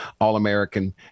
All-American